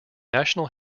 national